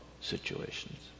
situations